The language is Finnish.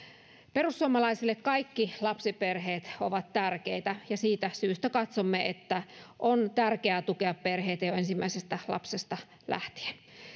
perussuomalaisille kaikki lapsiperheet ovat tärkeitä ja siitä syystä katsomme että on tärkeää tukea perheitä jo ensimmäisestä lapsesta lähtien